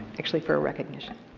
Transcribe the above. actually, for a recognition.